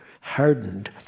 hardened